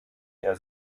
der